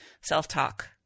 self-talk